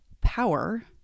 power